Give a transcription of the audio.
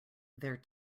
their